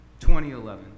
2011